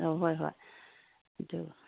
ꯑꯧ ꯍꯣꯏ ꯍꯣꯏ ꯑꯗꯨ